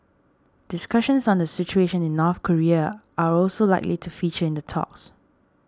discussions on the situation in North Korea are also likely to feature in the talks